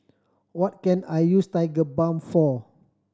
what can I use Tigerbalm for